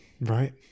Right